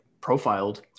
profiled